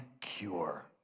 cure